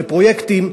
ופרויקטים,